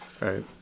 Right